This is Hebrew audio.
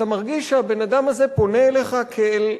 אתה מרגיש שהבן-אדם הזה פונה אליך כאל,